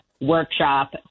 workshop